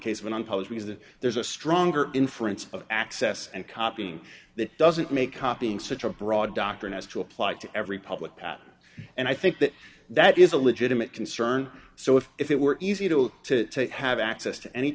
that there's a stronger inference of access and copying that doesn't make copying such a broad doctrine has to apply to every public pat and i think that that is a legitimate concern so if it were easy to to have access to any